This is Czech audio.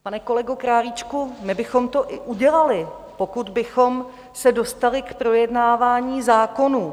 Pane kolego Králíčku, my bychom to i udělali, pokud bychom se dostali k projednávání zákonů.